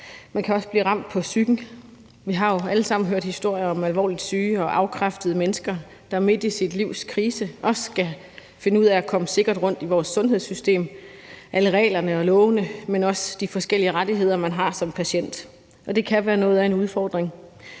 Man kan også blive ramt på psyken. Vi har jo alle sammen hørt historier om alvorligt syge og afkræftede mennesker, der midt i deres livs krise også skal finde ud af at komme sikkert rundt i vores sundhedssystem, alle reglerne og lovene, men også de forskellige rettigheder, man har som patient, og det kan være noget af en udfordring.